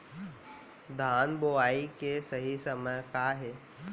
धान बोआई के सही समय का हे?